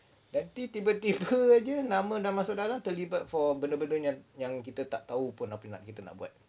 nanti tiba-tiba jer nama dah masuk dalam for benda-benda yang kita tak tahu pun apa nak kita nak buat